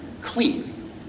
clean